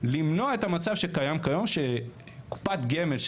למנוע את המצב שקיים היום שקופת גמל,